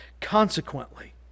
Consequently